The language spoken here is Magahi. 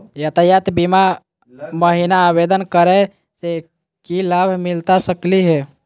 यातायात बीमा महिना आवेदन करै स की लाभ मिलता सकली हे?